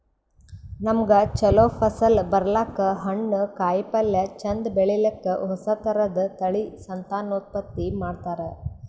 ನಮ್ಗ್ ಛಲೋ ಫಸಲ್ ಬರ್ಲಕ್ಕ್, ಹಣ್ಣ್, ಕಾಯಿಪಲ್ಯ ಚಂದ್ ಬೆಳಿಲಿಕ್ಕ್ ಹೊಸ ಥರದ್ ತಳಿ ಸಂತಾನೋತ್ಪತ್ತಿ ಮಾಡ್ತರ್